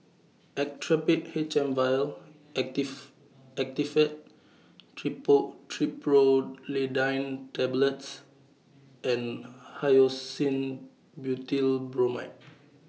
Actrapid H M Vial Actifed Triprolidine Tablets and Hyoscine Butylbromide